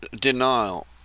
denial